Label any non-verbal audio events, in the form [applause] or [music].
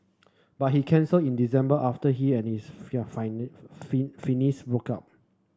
but he cancelled in December after he and his [unintelligible] broke out